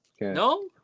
No